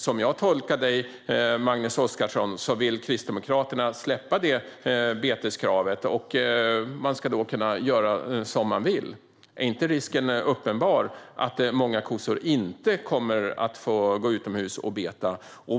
Som jag tolkar dig, Magnus Oscarsson, vill Kristdemokraterna släppa på beteskravet. Man ska då kunna göra som man vill. Är inte risken då uppenbar att många kossor inte får gå utomhus och beta?